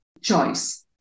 choice